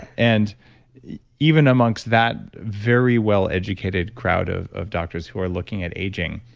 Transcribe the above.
and even amongst that very well-educated crowd of of doctors who are looking at aging,